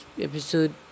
episode